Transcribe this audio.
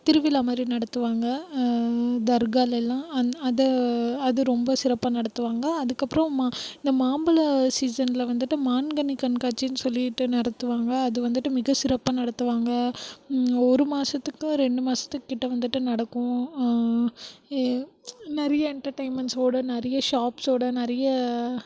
திருவிழா மாதிரி நடத்துவாங்க தர்காலெல்லாம் அந் அத அது ரொம்ப சிறப்பாக நடத்துவாங்க அதுக்கப்புறம் மா இந்த மாம்பழ சீசனில் வந்துட்டு மாங்கனி கண்காட்சின்னு சொல்லிவிட்டு நடத்துவாங்க அது வந்துட்டு மிக சிறப்பாக நடத்துவாங்க ஒரு மாதத்துக்கு ரெண்டு மாதத்துக்கிட்ட வந்துட்டு நடக்கும் ஏ நிறைய என்டர்டெய்ன்மெண்ட்ஸோடு நிறையா ஷாப்ஸோடு நிறைய